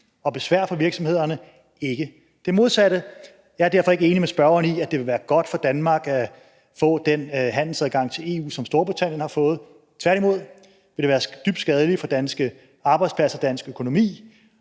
og besvær for virksomhederne og ikke det modsatte. Jeg er derfor ikke enig med spørgeren i, at det vil være godt for Danmark at få den handelsadgang til EU, som Storbritannien har fået. Tværtimod vil det være dybt skadeligt for danske arbejdspladser og dansk økonomi.